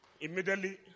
Immediately